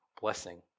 blessing